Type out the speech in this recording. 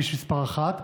בכביש מס' 1,